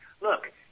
look